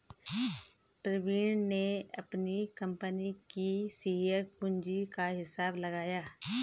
प्रवीण ने अपनी कंपनी की शेयर पूंजी का हिसाब लगाया